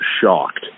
shocked